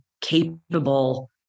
capable